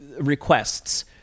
requests